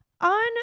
on